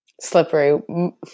slippery